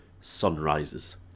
sunrises